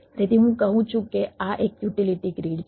તેથી હું કહું છું કે આ એક યુટિલિટી ગ્રીડ છે